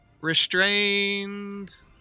Restrained